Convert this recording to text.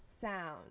sound